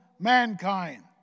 mankind